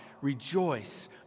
rejoice